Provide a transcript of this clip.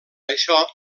això